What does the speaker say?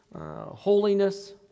holiness